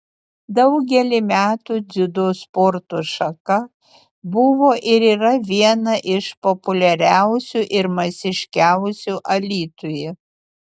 daugelį metų dziudo sporto šaka buvo ir yra viena iš populiariausių ir masiškiausių alytuje